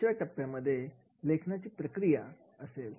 पाचव्या टप्प्यामध्ये लेखनाची प्रक्रिया असेल